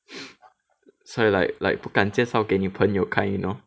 所以 like like 不敢介绍给女朋友 kind you know